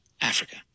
Africa